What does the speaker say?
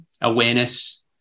awareness